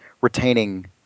retaining